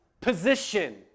position